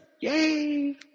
Yay